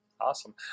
Awesome